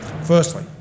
Firstly